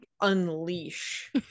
unleash